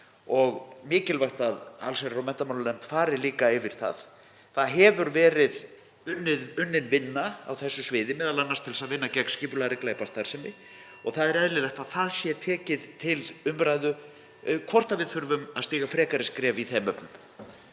og mikilvægt að allsherjar- og menntamálanefnd fari líka yfir það. Það hefur verið unnin vinna á þessu sviði, m.a. (Forseti hringir.) til að vinna gegn skipulagðri glæpastarfsemi, og það er eðlilegt að það sé tekið til umræðu hvort við þurfum að stíga frekari skref í þeim efnum.